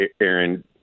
Aaron